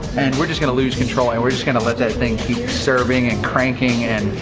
and we're just gonna lose control and we're just gonna let that thing keep serving and cranking and,